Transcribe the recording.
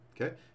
Okay